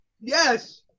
yes